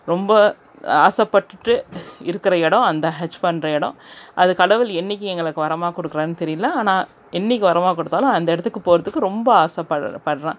ரொம்ப ஆசைப்பட்டுட்டு இருக்கிற இடம் அந்த ஹஜ் பண்ணுற எடம் அது கடவுள் என்றைக்கி எங்களுக்கு வரமாக கொடுக்கறாருன் தெரியிலை ஆனால் என்றைக்கி வரமாக கொடுத்தாலும் அந்த இடத்துக்கு போறதுக்கு ரொம்ப ஆசைப்படறேன்